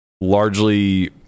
largely